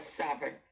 sovereign